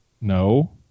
no